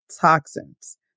toxins